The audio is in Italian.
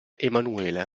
emanuele